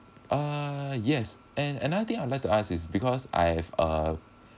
uh yes and another thing I'd like to ask is because I have a